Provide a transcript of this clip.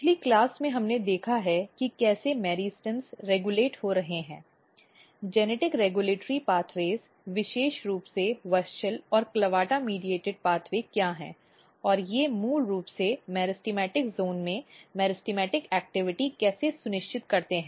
पिछले क्लास में हमने देखा है कि कैसे मेरिस्टमस रेगुलेट हो रहे हैं जेनेटिक रेगुलेटरी पाथवेज विशेष रूप से WUSCHEL और CLAVATA मीडिएट पाथवे क्या हैं और वे मूल रूप से मेरिस्टेमेटिक क्षेत्र में मेरिस्टेमेटिक गतिविधि कैसे सुनिश्चित करते हैं